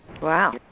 Wow